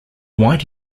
white